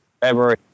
February